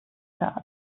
charts